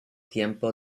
tiempo